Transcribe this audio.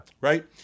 Right